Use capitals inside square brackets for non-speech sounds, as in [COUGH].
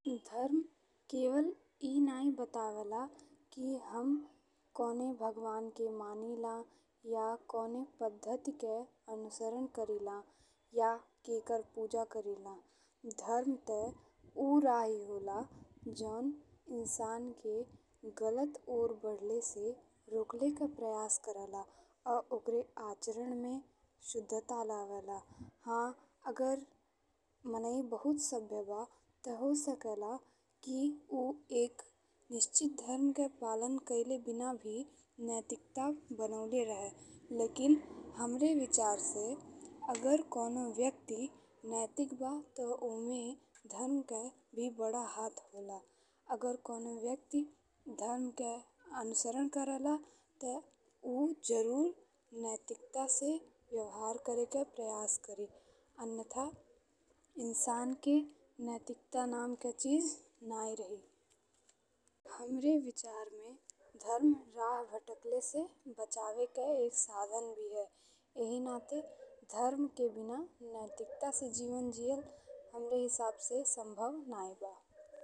[NOISE] धरम केवल ए नहीं बतावेला कि हम कौने भगवान के मानीला या कौने पद्धति के अनुसरण कइला या केकर पूजा कइला। [NOISE] धरम ते उ रही होला जौन इंसान के गलत और बदले से रोकले के प्रयास करेला और ओकर आचरण में शुद्धता लावे ला। हा अगर माने बहुत सभ्य बा ते हो सकेला कि उ एक निश्चित धरम के पालन कईले बिना भी नैतिकता बनाएले रहे। [NOISE] लेकिन हमरे विचार से अगर कवनो व्यक्ती नैतिक बा ते ओमें धरम के भी बड़ा हाथ होला। अगर कवनो व्यक्ती धरम के अनुसरण करेला ते उ जरूर नैतिकता से व्यहवार कइके [NOISE] प्रयास करी अन्यथा इंसान के नैतिकता नाम के चीज नहीं रही। [NOISE] हमरे विचार में धरम राह भटकले से बचावे के एक साधन भी है एही नाते [NOISE] धरम के बिना नैतिकता से जीवन जीअल [NOISE] हमरे हिसाब से संभव नहीं बा।